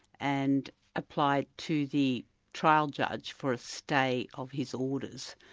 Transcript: and applied to the trial judge for a stay of his orders.